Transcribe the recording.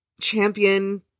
champion